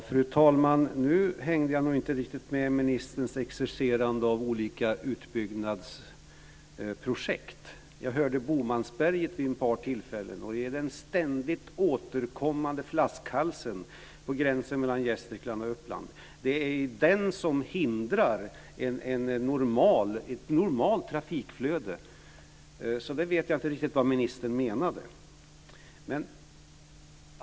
Fru talman! Nu hängde jag inte riktigt med i ministerns exercerande av olika utbyggnadsprojekt. Jag hörde Bomansberget vid ett par tillfällen. Det är den ständigt återkommande flaskhalsen vid gränsen mellan Gästrikland och Uppland. Det är den som hindrar ett normalt trafikflöde. Jag vet inte riktigt vad ministern menade.